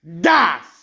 Das